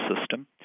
system